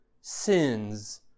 sins